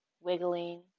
wiggling